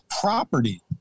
property